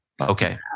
okay